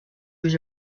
was